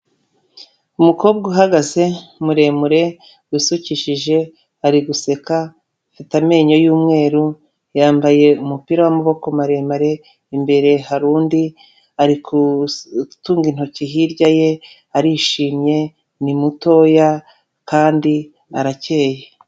Umukobwa uhagaze muremure usukishije ari guseka, afite amenyo y'umweru yambaye umupira w'amaboko maremare imbere hari undi ari gutunga intoki hirya ye arishimye ni mutoya kandi arakeye.